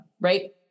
right